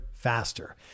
faster